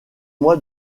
moi